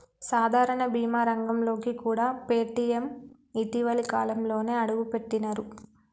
సాధారణ బీమా రంగంలోకి కూడా పేటీఎం ఇటీవలి కాలంలోనే అడుగుపెట్టినరు